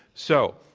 so,